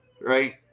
Right